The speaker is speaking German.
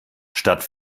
statt